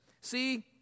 See